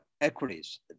Equities